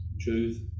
truth